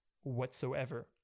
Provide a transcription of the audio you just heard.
whatsoever